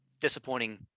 disappointing